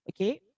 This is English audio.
Okay